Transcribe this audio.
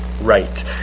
right